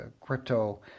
crypto